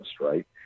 right